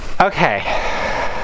Okay